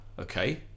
okay